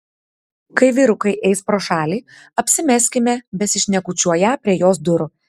kai vyrukai eis pro šalį apsimeskime besišnekučiuoją prie jos durų